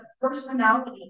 personality